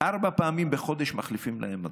שארבע פעמים בחודש מחליפים להם מדריך.